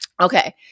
Okay